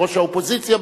ראש האופוזיציה,